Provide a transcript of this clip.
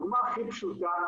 דוגמה הכי פשוטה,